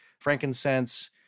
frankincense